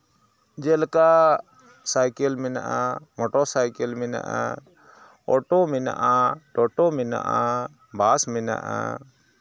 ᱡᱮᱞᱮᱠᱟ ᱥᱟᱭᱠᱮᱞ ᱢᱮᱱᱟᱜᱼᱟ ᱢᱚᱴᱚᱨᱥᱟᱭᱠᱮᱞ ᱢᱮᱱᱟᱜᱼᱟ ᱚᱴᱳ ᱢᱮᱱᱟᱜᱼᱟ ᱴᱚᱴᱳ ᱢᱮᱱᱟᱜᱼᱟ ᱵᱟᱥ ᱢᱮᱱᱟᱜᱼᱟ